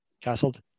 Castled